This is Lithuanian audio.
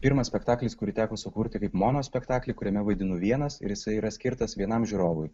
pirmas spektaklis kurį teko sukurti kaip monospektaklį kuriame vaidinu vienas ir jisai yra skirtas vienam žiūrovui